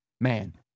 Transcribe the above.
man